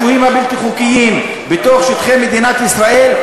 השוהים הבלתי-חוקיים בתוך שטחי מדינת ישראל,